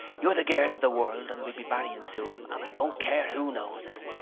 you're the girl of the world and we'll be marrying soon and i don't care who knows it!